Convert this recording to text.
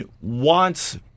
wants